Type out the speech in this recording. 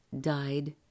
died